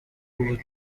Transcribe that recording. ubu